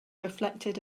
reflected